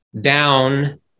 down